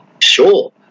sure